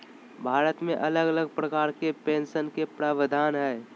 भारत मे अलग अलग प्रकार के पेंशन के प्रावधान हय